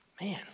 Man